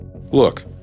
look